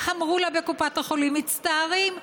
אמרו לה בקופת החולים: מצטערים,